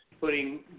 putting